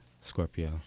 scorpio